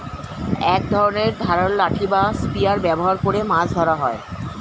এক ধরনের ধারালো লাঠি বা স্পিয়ার ব্যবহার করে মাছ ধরা হয়